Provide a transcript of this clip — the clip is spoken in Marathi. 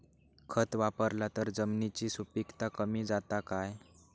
खत वापरला तर जमिनीची सुपीकता कमी जाता काय?